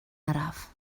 araf